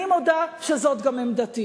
אני מודה שזאת גם עמדתי,